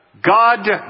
God